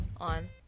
on